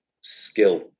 skill